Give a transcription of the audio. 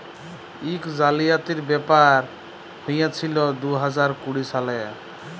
ইক জালিয়াতির ব্যাপার হঁইয়েছিল দু হাজার কুড়ি সালে